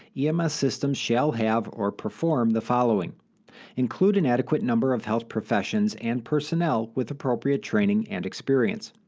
ems systems shall have or perform the following include an adequate number of health professions and personnel with appropriate training and experience.